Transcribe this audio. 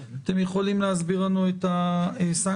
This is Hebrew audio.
אתם יכולים להסביר לנו את הסנקציות?